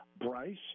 Bryce